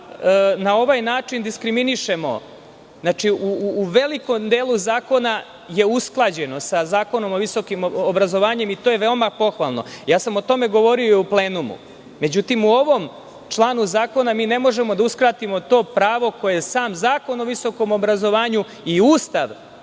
na ovaj način diskriminišemo. U velikom delu zakona je usklađeno sa Zakonom o visokom obrazovanju i to je veoma pohvalno. O tome sam govorio i u plenumu. Međutim, u ovom članu zakona ne možemo da uskratimo to pravo koje je sam Zakon o visokom obrazovanju i Ustav